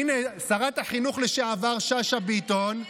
הינה שרת החינוך לשעבר שאשא ביטון,